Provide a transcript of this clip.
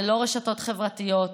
ללא רשתות חברתיות,